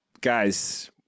guys